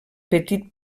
petit